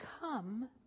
come